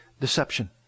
deception